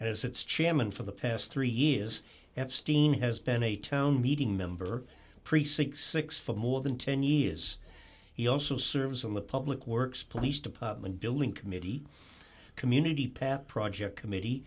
and as its chairman for the past three years epstein has been a town meeting member precinct six for more than ten years he also serves in the public works police department billing committee community path project committee